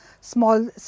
small